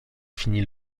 finit